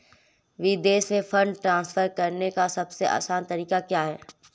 विदेश में fund transfer करने का सबसे आसान तरीका क्या है?